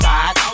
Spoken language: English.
Side